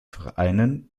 vereinen